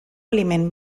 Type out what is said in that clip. aliment